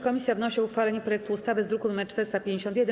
Komisja wnosi o uchwalenie projektu ustawy z druku nr 451.